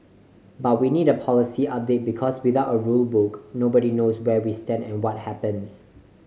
but we need a policy update because without a rule book nobody knows where we stand and what happens